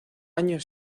año